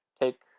take